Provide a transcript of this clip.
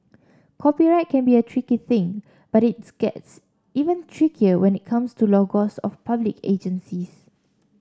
copyright can be a tricky thing but it gets even trickier when it comes to logos of public agencies